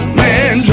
man